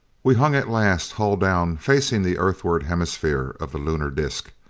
we hung at last, hull down, facing the earthward hemisphere of the lunar disc.